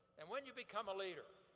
and when you become a leader,